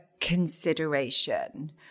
consideration